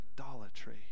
idolatry